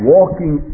Walking